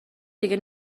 دیگه